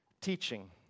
teaching